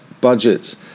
budgets